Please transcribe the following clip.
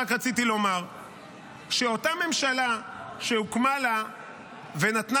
רק רציתי לומר שאותה ממשלה שהוקמה לה ונתנה